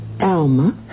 Alma